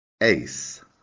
ace